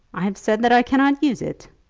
i have said that i cannot use it.